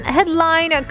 Headline